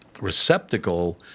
receptacle